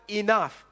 enough